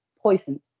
poison